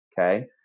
okay